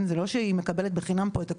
זה לא שהיא מקבלת חינם פה את הכל.